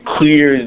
clear